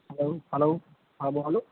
hello hello હા બોલો